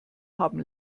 haben